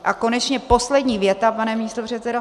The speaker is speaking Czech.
A konečně poslední věta, pane místopředsedo